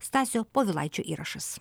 stasio povilaičio įrašas